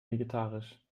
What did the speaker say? vegetarisch